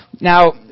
now